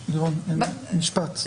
--- לירון, משפט.